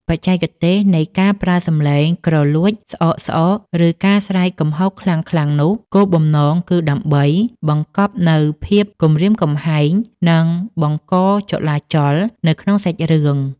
បច្ចេកទេសនៃការប្រើសំឡេងគ្រលួចស្អកៗ ឬការស្រែកគំហកខ្លាំងៗនេះ គោលបំណងគឺដើម្បីបង្កប់នូវភាពគំរាមកំហែង និងការបង្កចលាចលនៅក្នុងសាច់រឿង